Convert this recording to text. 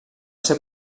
ser